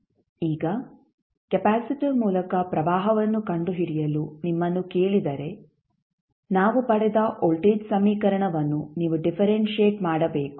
ಈಗ ಕೆಪಾಸಿಟರ್ ಮೂಲಕ ಪ್ರವಾಹವನ್ನು ಕಂಡುಹಿಡಿಯಲು ನಿಮ್ಮನ್ನು ಕೇಳಿದರೆ ನಾವು ಪಡೆದ ವೋಲ್ಟೇಜ್ ಸಮೀಕರಣವನ್ನು ನೀವು ಡಿಫರೆಂಶಿಯೆಟ್ ಮಾಡಬೇಕು